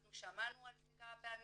אנחנו שמענו על זה כמה פעמים,